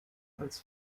als